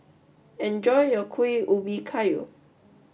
enjoy your Kuih Ubi Kayu